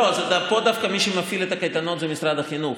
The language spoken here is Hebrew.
דווקא פה מי שמפעיל את הקייטנות זה משרד החינוך,